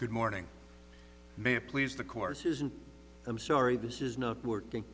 good morning may please the course isn't i'm sorry this is not working